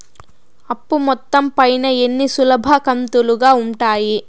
అప్పు మొత్తం పైన ఎన్ని సులభ కంతులుగా ఉంటాయి?